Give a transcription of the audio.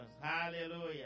Hallelujah